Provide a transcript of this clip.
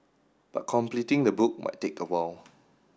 but completing the book might take a while